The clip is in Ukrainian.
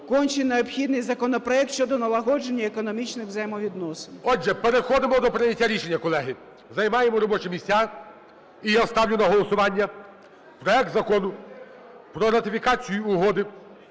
конче необхідний законопроект щодо налагодження економічних взаємовідносин. ГОЛОВУЮЧИЙ. Отже, переходимо до прийняття рішення, колеги. Займаємо робочі місця. І я ставлю на голосування проект Закону про ратифікацію Угоди